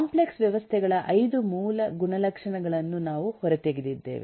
complex ವ್ಯವಸ್ಥೆಗಳ 5 ಮೂಲ ಗುಣಲಕ್ಷಣಗಳನ್ನು ನಾವು ಹೊರತೆಗೆದಿದ್ದೇವೆ